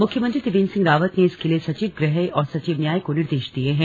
मुख्यमंत्री त्रिवेन्द्र सिंह रावत ने इसके लिए सचिव गृह और सचिव न्याय को निर्देश दिये हैं